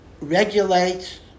regulates